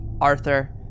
Arthur